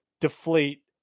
deflate